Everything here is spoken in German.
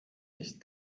nicht